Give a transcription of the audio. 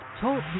TALK